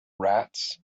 rats